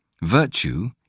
Virtue